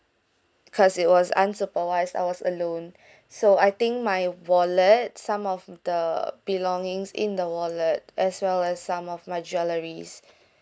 cause it wasunsupervised I was alone so I think my wallet some of the belongings in the wallet as well as some of my jewelleries